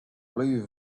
blue